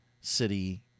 city